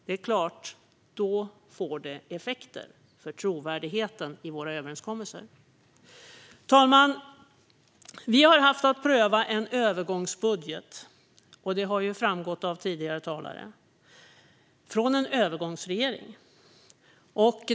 Det är klart att det får effekter för trovärdigheten i våra överenskommelser. Fru talman! Vi har haft att pröva en övergångsbudget, vilket har framgått av tidigare talare, från en övergångsregering.